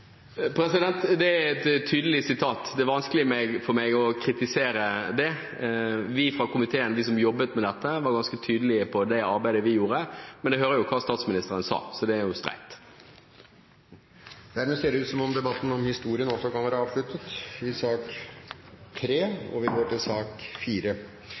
jobbet med dette, var ganske tydelige på det arbeidet vi gjorde, men jeg hører jo hva statsministeren sa, så det er jo streit. Dermed ser det ut til at debatten om historien også kan være avsluttet. Flere har ikke bedt om ordet til sak nr. 3. Etter ønske fra energi- og miljøkomiteen vil presidenten foreslå at taletiden blir begrenset til